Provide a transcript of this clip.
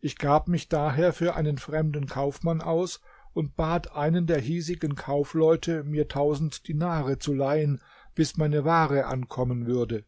ich gab mich daher für einen fremden kaufmann aus und bat einen der hiesigen kaufleute mir tausend dinare zu leihen bis meine waren ankommen würde